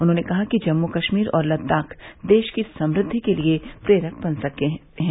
उन्होंने कहा कि जम्मू कश्मीर और लद्दाख देश की समृद्धि के लिये प्रेरक बन सकते हैं